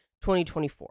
2024